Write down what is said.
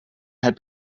had